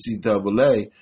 NCAA –